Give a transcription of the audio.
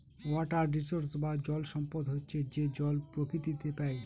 water resource বা জল সম্পদ হচ্ছে যে জল প্রকৃতিতে পাই